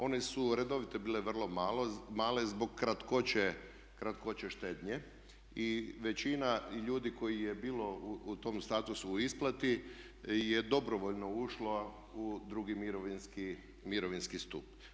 One su redovite bile vrlo male zbog kratkoće štednje i većina ljudi koji je bilo u tom statusu u isplati je dobrovoljno ušla u drugi mirovinski stup.